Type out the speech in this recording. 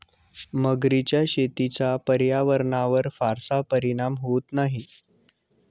मगरीच्या शेतीचा पर्यावरणावर फारसा परिणाम होत नाही